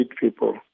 people